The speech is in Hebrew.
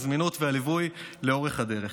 הזמינות והליווי לאורך הדרך,